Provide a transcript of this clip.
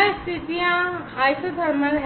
यहां स्थितियां इसोथर्मल